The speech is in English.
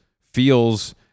feels